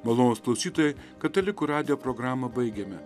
malonūs klausytojai katalikų radijo programą baigiame